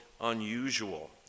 unusual